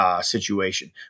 situation